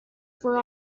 for